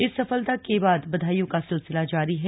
इस सफलता के बाद बधाइयों का सिलसिला जारी है